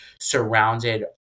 surrounded